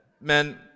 Men